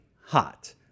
hot